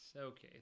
okay